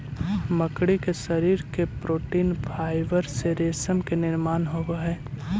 मकड़ी के शरीर के प्रोटीन फाइवर से रेशम के निर्माण होवऽ हई